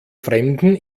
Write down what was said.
fremden